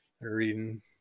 reading